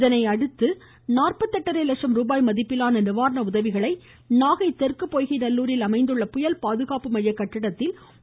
இதனை அடுத்து நாற்பத்து எட்டரை லட்சம் ரூபாய் மதிப்பிலான நிவாரண உதவிகளை நாகை தெற்கு பொய்கை நல்லூரில் அமைந்துள்ள புயல் பாதுகாப்பு மைய கட்டிடத்தில் மாநில அமைச்சர்கள் ஒ